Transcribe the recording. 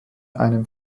einem